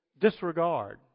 disregard